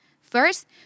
First